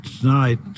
tonight—